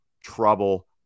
trouble